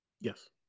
yes